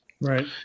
right